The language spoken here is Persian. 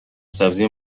سبزی